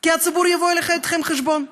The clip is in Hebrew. כי הציבור יבוא חשבון איתכם.